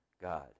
God